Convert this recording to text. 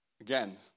Again